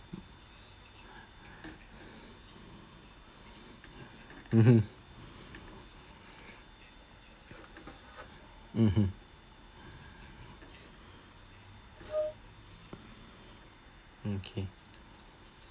mmhmm mmhmm okay